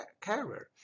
carrier